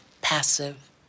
passive